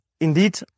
indeed